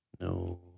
no